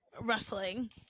rustling